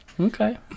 Okay